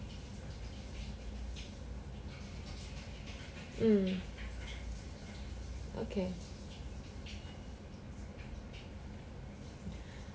mm okay